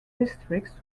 districts